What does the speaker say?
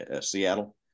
Seattle